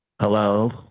Hello